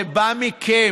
זה בא מכם,